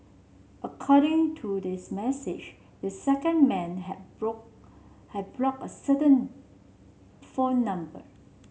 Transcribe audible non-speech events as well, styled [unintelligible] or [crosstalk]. according to this message this second man had [unintelligible] had blocked a certain phone number